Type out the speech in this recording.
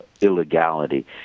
illegality